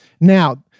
Now